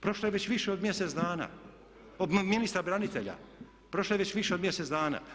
Prošlo je već više od mjesec dana od ministra branitelja, prošlo je već više od mjesec dana.